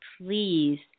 please